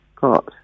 got